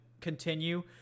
continue